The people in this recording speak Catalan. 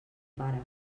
pare